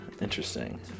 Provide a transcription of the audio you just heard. Interesting